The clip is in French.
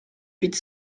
huit